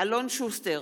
אלון שוסטר,